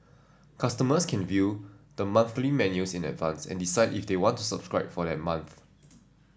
customers can view the monthly menus in advance and decide if they want to subscribe for that month